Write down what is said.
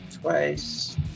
twice